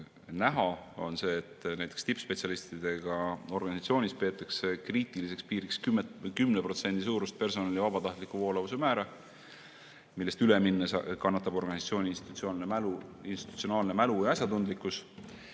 näha, on see, et tippspetsialistidega organisatsioonis peetakse kriitiliseks piiriks 10% suurust personali vabatahtliku voolavuse määra, millest üle minnes kannatavad organisatsiooni institutsionaalne mälu ja asjatundlikkus.